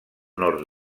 nord